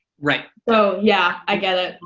right. so yeah, i get it.